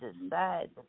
decide